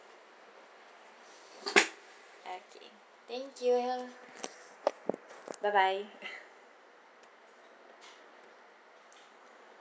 okay thank you bye bye